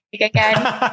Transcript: again